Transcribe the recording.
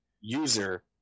user